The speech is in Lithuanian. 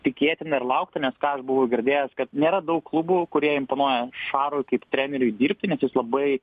tikėtina ir laukta nes ką aš buvau girdėjęs kad nėra daug klubų kurie imponuoja šarui kaip treneriui dirbti nes jis labai